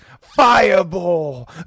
Fireball